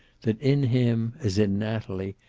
that in him, as in natalie,